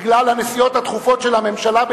בגלל הנסיעות הדחופות של הממשלה,